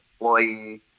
employee